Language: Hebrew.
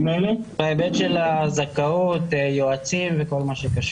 בהיבט של הזכאות, יועצים וכל מה שקשור לזה.